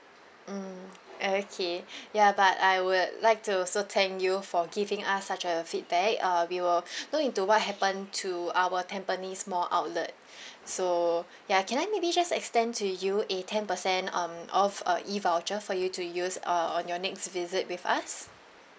mm okay ya but I would like to also thank you for giving us such a feedback uh we will look into what happen to our tampines mall outlet so ya can I maybe just extend to you a ten percent um off uh E voucher for you to use uh on your next visit with us